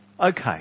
Okay